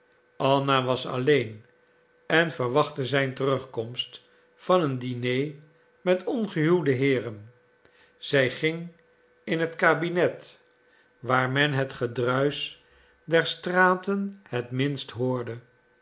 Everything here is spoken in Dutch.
anna was alleen en verwachtte zijn terugkomst van een diner met ongehuwde heeren zij ging in zijn kabinet waar men het gedruis der straten het minste hoorde